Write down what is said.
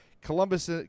Columbus